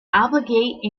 obligate